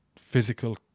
physical